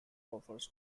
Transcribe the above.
offers